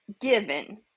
given